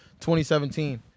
2017